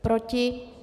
Proti?